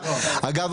אגב,